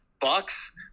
Bucks